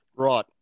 Right